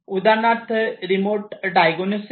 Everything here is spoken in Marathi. उदाहरणार्थ रिमोट डायगणोसिस